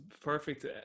perfect